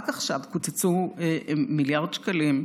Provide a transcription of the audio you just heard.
רק עכשיו קוצצו יותר ממיליארד שקלים,